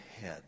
head